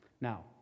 Now